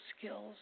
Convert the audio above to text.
skills